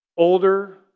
Older